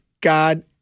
God